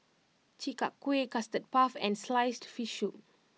Chi Kak Kuih Custard Puff and Sliced Fish Soup